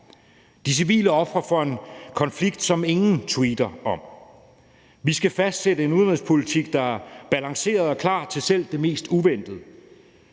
de civile ofre for en konflikt, som ingen tweeter om. Vi skal fastsætte en udenrigspolitik, der er balanceret og klar til selv det mest uventede,